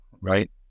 right